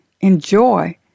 enjoy